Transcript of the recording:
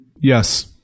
Yes